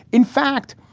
in fact,